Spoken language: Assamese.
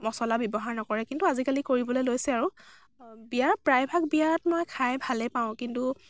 মচলা ব্য়ৱহাৰ নকৰে কিন্তু আজিকালি কৰিবলৈ লৈছে আৰু বিয়াত প্ৰায়ভাগ বিয়াত মই খাই ভালেই পাওঁ কিন্তু